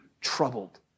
troubled